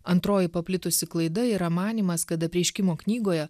antroji paplitusi klaida yra manymas kad apreiškimo knygoje